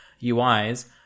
UIs